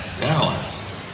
balance